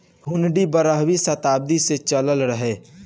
हुन्डी बारहवीं सताब्दी से चलल रहे